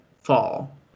fall